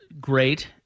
Great